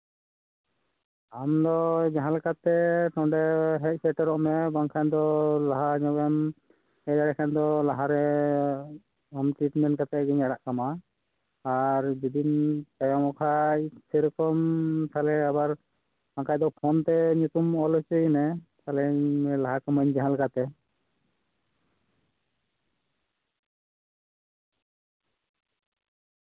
ᱟᱢ ᱫᱚ ᱡᱟᱦᱟᱸᱞᱮᱠᱟᱛᱮ ᱱᱚᱸᱰᱮ ᱦᱮᱡ ᱥᱮᱴᱮᱨᱚᱜ ᱢᱮ ᱵᱟᱝᱠᱷᱟᱱ ᱫᱚ ᱞᱟᱦᱟ ᱧᱚᱜ ᱨᱮᱢ ᱦᱮᱡ ᱫᱟᱲᱮᱭᱟᱜ ᱠᱷᱟᱱ ᱫᱚ ᱞᱟᱦᱟ ᱨᱮ ᱟᱢ ᱴᱤᱴᱢᱮᱱ ᱠᱟᱛᱤᱧ ᱟᱲᱟᱜ ᱠᱟᱢᱟ ᱟᱨ ᱡᱩᱫᱤᱢ ᱛᱟᱭᱚᱢᱚᱜ ᱠᱷᱟᱱ ᱥᱮᱨᱚᱠᱚᱢ ᱛᱟᱞᱦᱮ ᱟᱵᱟᱨ ᱵᱟᱠᱷᱟᱱ ᱫᱚ ᱯᱷᱳᱱ ᱛᱮ ᱧᱩᱛᱩᱢ ᱚᱞ ᱦᱚᱪᱚᱭ ᱢᱮ ᱛᱟᱞᱦᱮᱧ ᱞᱦᱟ ᱠᱟᱢᱟ ᱡᱟᱦᱟᱸᱞᱮᱠᱟᱛᱮ